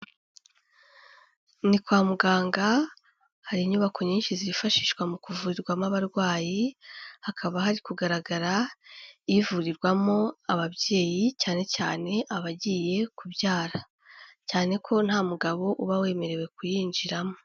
Ni kwa muganga, hari inyubako nyinshi zifashishwa mu kuvurirwamo abarwayi, hakaba hari kugaragara ivurirwamo ababyeyi cyane cyane abagiye kubyara, cyane ko nta mugabo uba wemerewe kuyinjiramo.